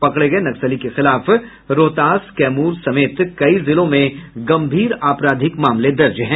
पकड़े गए नक्सली के खिलाफ रोहतास कैमूर समेत कई जिलों में गंभीर आपाराधिक मामले दर्ज हैं